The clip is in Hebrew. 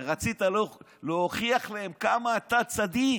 ורצית להוכיח להם כמה אתה צדיק